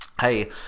hey